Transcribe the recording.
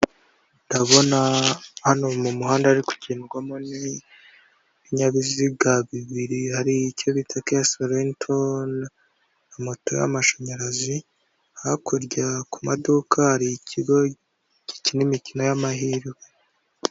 Ndabona hano mu muhanda hari kugendwamo n'ibinyabiziga bibiri hari icyo bita keya sorento, amatara y'amashanyarazi, hakurya ku maduka hari ikigo gikina imikino y'amahirwe.